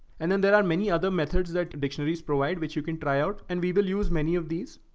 and then there are many other methods that dictionaries provide, which you can try out and we will use many of these